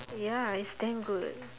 ya it's damn good